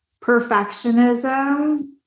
perfectionism